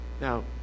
Now